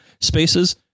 spaces